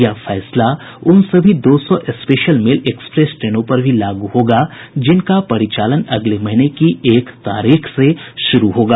यह फैसला उन सभी दो सौ स्पेशल मेल एक्सप्रेस ट्रेनों पर भी लागू होगा जिनका परिचालन अगले महीने की एक तारीख से शुरू होगा